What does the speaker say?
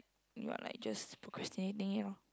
you're like just procrastinating it lor